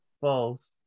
False